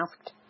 asked